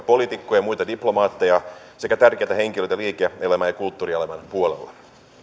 poliitikkoja ja muita diplomaatteja sekä tärkeitä henkilöitä liike elämän ja kulttuurielämän puolella vaan